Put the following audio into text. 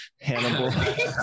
Hannibal